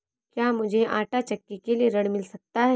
क्या मूझे आंटा चक्की के लिए ऋण मिल सकता है?